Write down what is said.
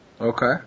Okay